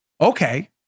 Okay